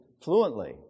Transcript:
fluently